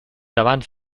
abans